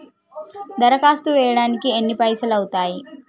దరఖాస్తు చేయడానికి ఎన్ని పైసలు అవుతయీ?